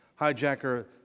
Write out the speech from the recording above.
Hijacker